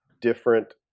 different